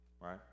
right